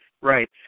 right